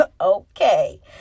Okay